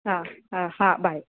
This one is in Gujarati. હા હા હા બાઇ